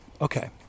Okay